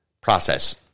process